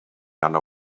under